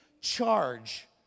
charge